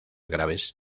graves